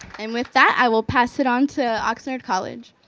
and with that, i will pass it on to oxnard college.